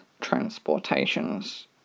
Transportation's